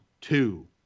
two